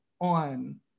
on